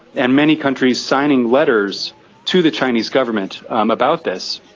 and many countries signing letters to the chinese government about this.